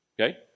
okay